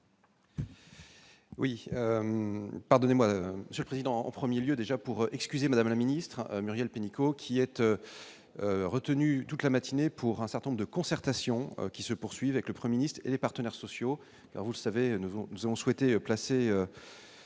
Oui, pardonnez-moi ce président en 1er lieu déjà pour excuser, madame la ministre, Muriel Pénicaud, qui êtes retenu toute la matinée pour un certain nombre de concertation qui se poursuit avec le 1er Nice et les partenaires sociaux, vous savez nous on nous avons souhaité placer